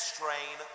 train